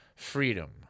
Freedom